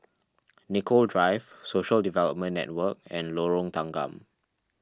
Nicoll Drive Social Development Network and Lorong Tanggam